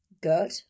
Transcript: good